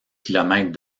kilomètres